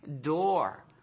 door